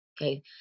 Okay